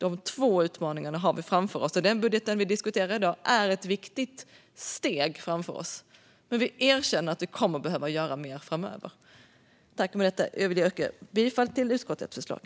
Dessa två utmaningar har vi framför oss, och den budget vi diskuterar i dag är ett viktigt steg. Vi erkänner dock att vi kommer att behöva göra mer framöver. Med detta yrkar jag bifall till utskottets förslag.